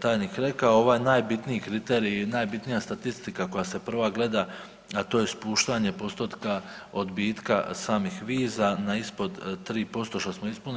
tajnik rekao, ovo je najbitniji kriterij i najbitnija statistika koja se prva gleda, a to je spuštanje postotka odbitka samih viza na ispod 3% što smo ispunili.